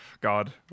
God